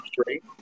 straight